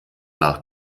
nach